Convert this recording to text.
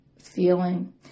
feeling